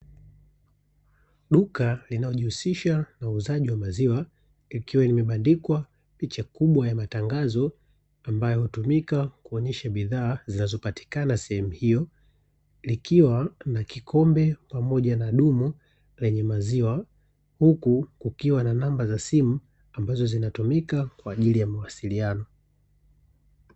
Duka linalojihusisha na uuzaji wa maziwa, likiwa limebandikwa picha kubwa ya matangazo, ambayo hutumika kuonyesha bidhaa zinazopatikana sehemu hiyo, likiwa na kikombe pamoja na dumu lenye maziwa, huku kukiwa na namba za simu, ambazo zinatumika kwa ajili ya mawasiliano.